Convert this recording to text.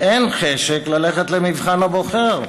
אין חשק ללכת למבחן הבוחר.